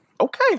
okay